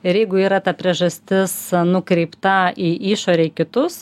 ir jeigu yra ta priežastis nukreipta į išorę į kitus